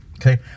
Okay